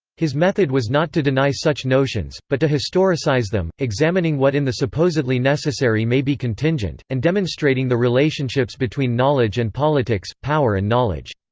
his method was not to deny such notions, but to historicize them, examining what in the supposedly necessary may be contingent, and demonstrating the relationships between knowledge and politics, power and knowledge.